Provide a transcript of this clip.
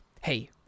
hey